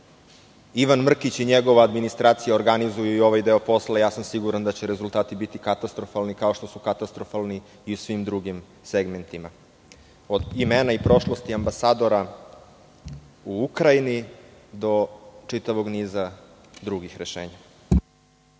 Ivan Mrkić i njegova administracija organizuju ovaj deo posla. Siguran sam da će rezultati biti katastrofalni, kao što su katastrofalni i u svim drugim segmentima. Od imena i prošlosti ambasadora u Ukrajini, do čitavog niza drugih rešenja.